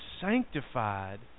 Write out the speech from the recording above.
sanctified